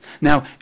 Now